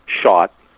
shot